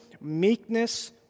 meekness